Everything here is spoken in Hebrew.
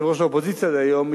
יושבת-ראש האופוזיציה דהיום,